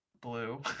blue